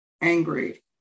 angry